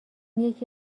یکی